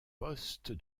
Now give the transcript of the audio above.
poste